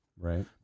Right